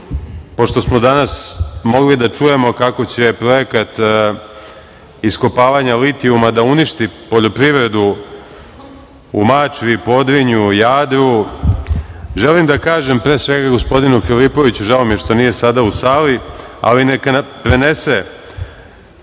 pošto smo danas mogli da čujemo kako će projekat iskopavanja litijuma da uništi poljoprivredu u Mačvi, Podrinju, Jadru, želim da kažem pre svega gospodinu Filipoviću, žao mi je što nije sada u sali ali neka prenese